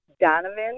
Donovan